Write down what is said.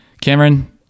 cameron